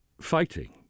fighting